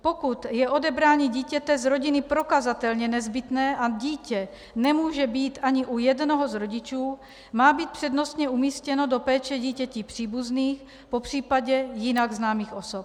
Pokud je odebrání dítěte z rodiny prokazatelně nezbytné a dítě nemůže být ani u jednoho z rodičů, má být přednostně umístěno do péče dítěti příbuzných, popřípadě jinak známých osob.